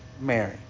Mary